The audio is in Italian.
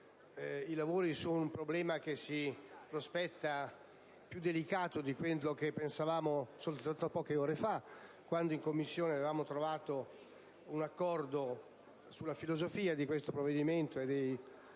solo un problema che si prospetta più delicato di quanto pensavamo solo poche ore fa, quando in Commissione avevamo trovato un accordo sulla filosofia del provvedimento in esame